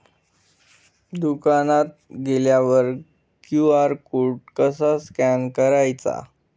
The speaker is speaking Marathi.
दुकानात गेल्यावर क्यू.आर कोड कसा स्कॅन करायचा?